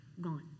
gone